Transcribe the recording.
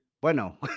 Bueno